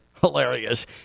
Hilarious